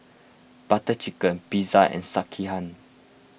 Butter Chicken Pizza and Sekihan